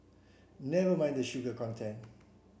never mind the sugar content